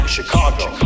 Chicago